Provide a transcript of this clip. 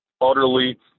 utterly